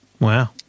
Wow